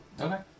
Okay